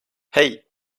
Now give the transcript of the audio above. hey